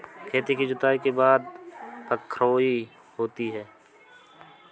खेती की जुताई के बाद बख्राई होती हैं?